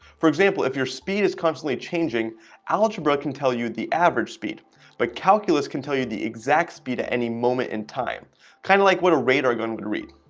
for example, if your speed is constantly changing algebra can tell you the average speed but calculus can tell you the exact speed at any moment in time kind of like what a radar going to read?